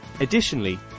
Additionally